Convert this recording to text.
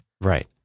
right